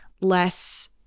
less